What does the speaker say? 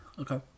okay